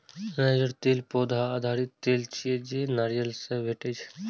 नारियल तेल पौधा आधारित तेल छियै, जे नारियल सं भेटै छै